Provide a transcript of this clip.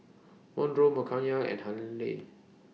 Monroe Mckayla and Hayley